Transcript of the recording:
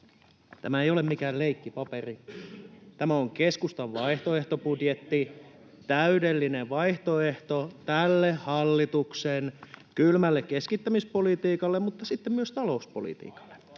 värittämä tyhjä paperi!] Tämä on keskustan vaihtoehtobudjetti, täydellinen vaihtoehto tälle hallituksen kylmälle keskittämispolitiikalle ja sitten myös talouspolitiikalle.